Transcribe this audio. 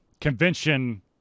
convention